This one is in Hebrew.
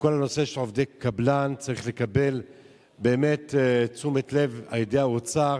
וכל הנושא של עובדי קבלן צריך לקבל באמת תשומת לב על-ידי האוצר,